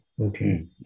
Okay